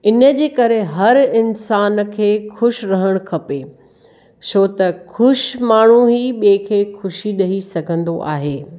इन जे करे हर इन्सानु खे ख़ुशि रहणु खपे छो त ख़ुशि माण्हू ई ॿिए खे ख़ुशी ॾेइ सघंदो आहे